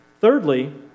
Thirdly